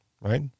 right